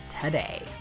today